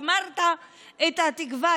גמרת את התקווה,